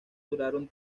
duraron